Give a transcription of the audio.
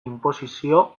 inposizio